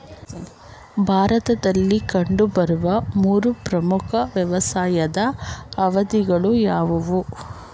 ಭಾರತದಲ್ಲಿ ಕಂಡುಬರುವ ಮೂರು ಪ್ರಮುಖ ವ್ಯವಸಾಯದ ಅವಧಿಗಳು ಯಾವುವು?